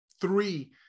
three